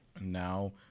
now